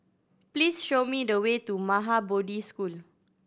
please show me the way to Maha Bodhi School